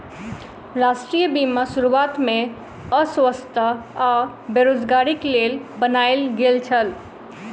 राष्ट्रीय बीमा शुरुआत में अस्वस्थता आ बेरोज़गारीक लेल बनायल गेल छल